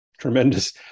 tremendous